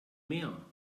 mehr